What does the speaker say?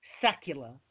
secular